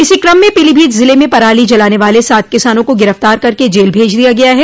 इसी क्रम में पीलीभीत जिले में पराली जलाने वाले सात किसानों को गिरफ्तार करके जेल भेज दिया गया है